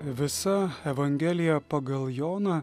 visa evangelija pagal joną